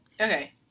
Okay